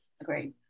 agreed